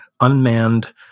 unmanned